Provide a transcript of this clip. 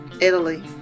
Italy